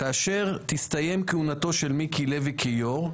כאשר תסתיים כהונתו של מיקי לוי כיו"ר,